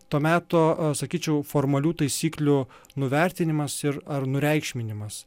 to meto sakyčiau formalių taisyklių nuvertinimas ir ar nureikšminimas